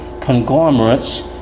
conglomerates